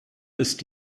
ist